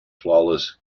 flawless